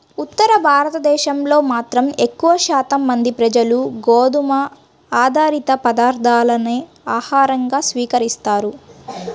ఉత్తర భారతదేశంలో మాత్రం ఎక్కువ శాతం మంది ప్రజలు గోధుమ ఆధారిత పదార్ధాలనే ఆహారంగా స్వీకరిస్తారు